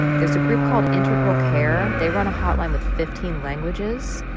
there's a group called integral care. they run a hotline with fifteen languages.